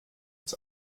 ins